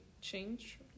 change